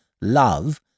love